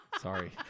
sorry